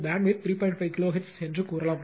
5 kilohertz என்று கூறலாம்